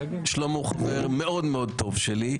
שלמה הוא חבר מאוד מאוד טוב שלי.